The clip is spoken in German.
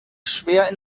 schwer